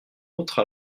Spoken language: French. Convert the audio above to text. autre